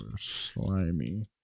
Slimy